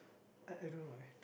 I I don't know eh